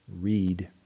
Read